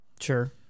Sure